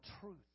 truth